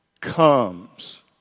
comes